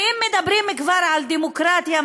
ואם מדברים כבר על דמוקרטיה,